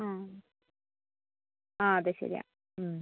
ആ ആ അതെ ശരിയാണ് മ്